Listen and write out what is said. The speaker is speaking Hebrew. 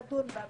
לדון בה,